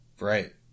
Right